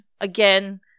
again